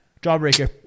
Jawbreaker